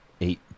Eight